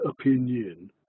opinion